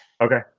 Okay